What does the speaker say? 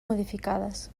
modificades